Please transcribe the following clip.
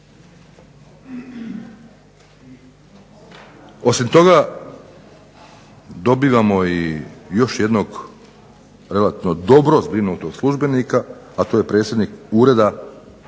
Osim toga, dobivamo i još jednog relativno dobro zbrinutog službenika, a to je predsjednik Ureda